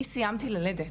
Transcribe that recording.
אני סיימתי ללדת,